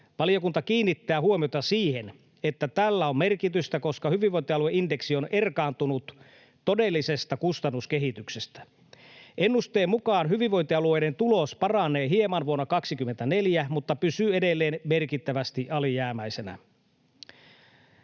Valiokunta kiinnittää huomiota siihen, että tällä on merkitystä, koska hyvinvointialueindeksi on erkaantunut todellisesta kustannuskehityksestä. Ennusteen mukaan hyvinvointialueiden tulos paranee hieman vuonna 24 mutta pysyy edelleen merkittävästi alijäämäisenä.